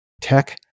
tech